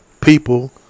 people